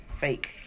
Fake